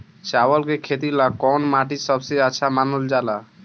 चावल के खेती ला कौन माटी सबसे अच्छा मानल जला?